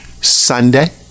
Sunday